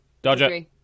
Dodger